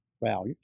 Wow